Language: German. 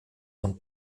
und